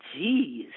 Jeez